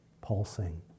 pulsing